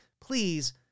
Please